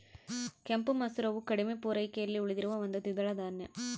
ಕೆಂಪು ಮಸೂರವು ಕಡಿಮೆ ಪೂರೈಕೆಯಲ್ಲಿ ಉಳಿದಿರುವ ಒಂದು ದ್ವಿದಳ ಧಾನ್ಯ